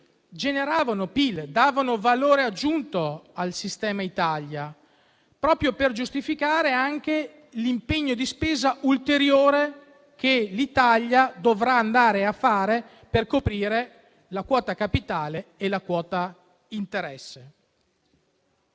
generare PIL, da dare valore aggiunto al sistema Italia, proprio per giustificare l'impegno di spesa ulteriore che l'Italia dovrà affrontare per coprire la quota capitale e la quota interessi.